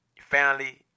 Family